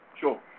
Sure